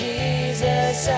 Jesus